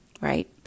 right